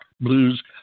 blues